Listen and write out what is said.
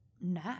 nah